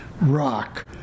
rock